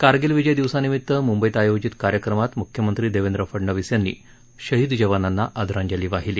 कारगिल विजय दिवसानिमित म्ंबईत आयोजित कार्यक्रमात म्ख्यमंत्री देवेंद्र फडनवीस यांनी शहीद जवानांना आदरांजली वाहिली